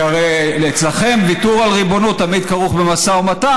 כי הרי אצלכם ויתור על ריבונות תמיד כרוך במשא ומתן,